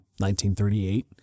1938